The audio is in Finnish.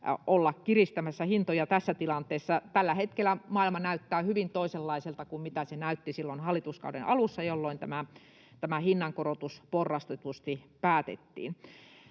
olla kiristämässä hintoja tässä tilanteessa. Tällä hetkellä maailma näyttää hyvin toisenlaiselta kuin miltä se näytti silloin hallituskauden alussa, jolloin tämä hinnankorotus porrastetusti päätettiin.